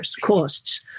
costs